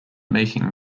making